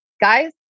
guys